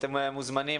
אתם מוזמנים.